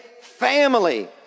family